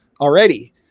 already